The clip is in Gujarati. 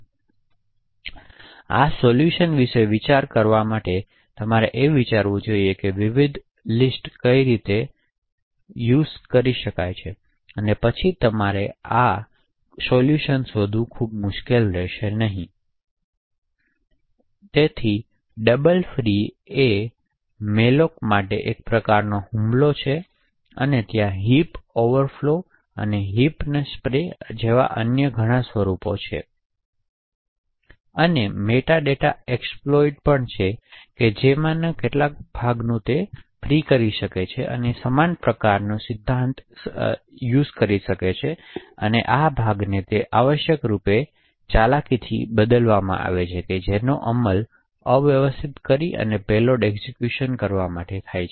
તેથી આ સોલ્યુશન વિશે વિચાર કરવા માટે તમારે એ વિચારવું જ જોઇએ કે વિવિધ લિસ્ટ કેવી રીતે સંચાલિત થાય છે અને તે પછી તમારા માટે ખરેખર આ માટે કોઈ સોલ્યુશન તેથી ડબલ ફ્રી એ મમાટે હુમલોનો એક પ્રકાર છે મેલોક ત્યાં thereહિપના ઓવરફ્લોઝ apહિપના સ્પ્રેપછી ઉપયોગ જેવા અન્ય ઘણા સ્વરૂપો છે ફ્રી અને અન્ય મેટાડેટાના એક્સપ્લોઈટ પરંતુ તેમાંના મોટાભાગના તેનું પાલન કરે છે ત્યાં સમાન પ્રકારનો સિદ્ધાંત ફ્રી ભાગો અને ફાળવવામાં આવેલા ભાગો માટે વાપરવા આવે છે જેથી પેલોડ એક્ઝેક્યુટ થાય